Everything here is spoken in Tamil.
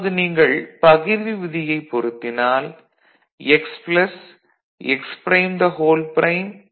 இப்போது நீங்கள் பகிர்வு விதியைப் பொருத்தினால் x x"